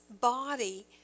body